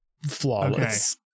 flawless